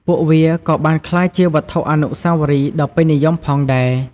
ពួកវាក៏បានក្លាយជាវត្ថុអនុស្សាវរីយ៍ដ៏ពេញនិយមផងដែរ។